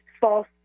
false